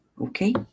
okay